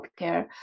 healthcare